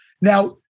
Now